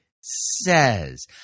says